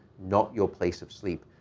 not your place of sleep.